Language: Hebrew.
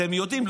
אתם יודעים,